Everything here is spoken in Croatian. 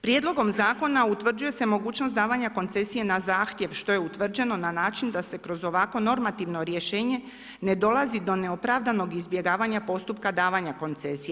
Prijedlogom zakona utvrđuje se mogućnost davanja koncesije na zahtjev što je utvrđeno na način da se kroz ovakvo normativno rješenje ne dolazi do neopravdanog izbjegavanja postupka davanja koncesije.